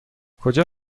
کجا